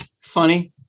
Funny